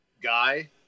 guy